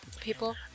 people